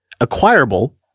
acquirable